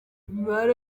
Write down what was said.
imibare